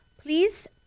please